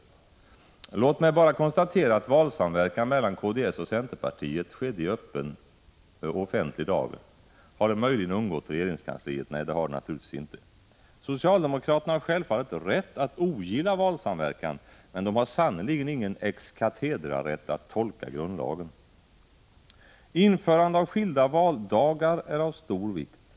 Låt mig bara konstatera att valsamverkan mellan kds och centerpartiet skedde i öppen och offentlig dager. Har det möjligen undgått regeringskansliet? Nej, det har det naturligtvis inte. Socialdemokraterna har självfallet rätt att ogilla valsamverkan. Men de har sannerligen ingen ex cathedra-rätt att tolka grundlagen. Införande av skilda valdagar är av stor vikt.